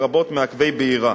לרבות מעכבי בעירה,